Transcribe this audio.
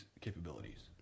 capabilities